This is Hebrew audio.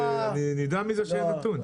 אני נדהם מזה שאין נתון.